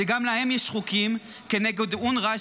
שגם להם יש חוקים כנגד אונר"א,